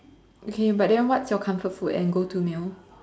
okay but then what's your comfort food and go to meal